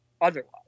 otherwise